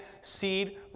seed